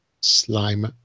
Slime